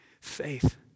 faith